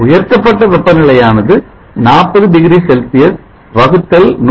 உயர்த்தப்பட்ட வெப்பநிலையானது 40 degree Celsius வகுத்தல் 100